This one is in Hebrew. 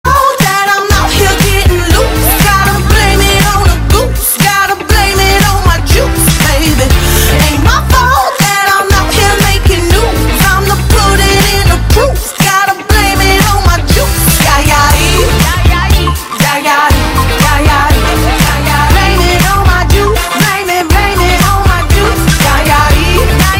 מוזיקה